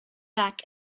back